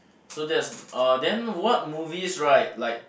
so that's uh then what movies right like